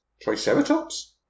triceratops